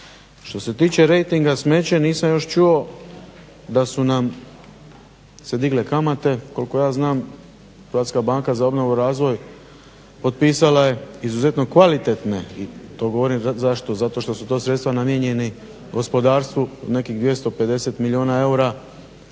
Što se tiče rejtinga smeće, nisam još čuo da su nam se digle kamate. Koliko ja znam Hrvatska banka za obnovu i razvoj otpisala je izuzetno kvalitetne i to govorim zašto? Zato što su to sredstva namijenjeni gospodarstvu od nekih 250 milijuna eura